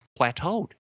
plateaued